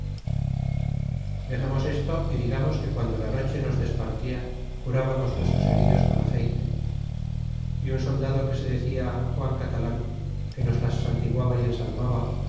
dexemos esto y digamos que guando la noche nos despartia curábamos nuestros heridos con aceyte é un soldado que se decia juan catalan que nos las santiguaba y ensalmaba